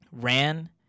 Ran